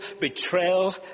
betrayal